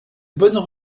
bonnes